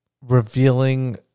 revealing